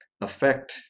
affect